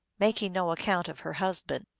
making no account of her husband.